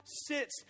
sits